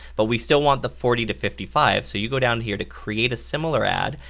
but we still want the forty to fifty five. so you go down here to create a similar ad.